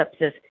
sepsis